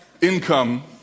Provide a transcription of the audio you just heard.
income